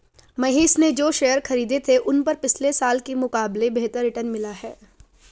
महेश ने जो शेयर खरीदे थे उन पर पिछले साल के मुकाबले बेहतर रिटर्न मिला है